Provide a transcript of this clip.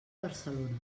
barcelona